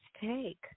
take